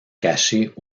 cacher